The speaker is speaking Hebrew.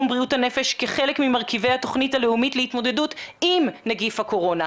בריאות הנפש כחלק ממרכיבי התוכנית הלאומית להתמודדות עם נגיף הקורונה,